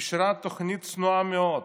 אישרה תוכנית צנועה מאוד,